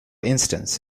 instance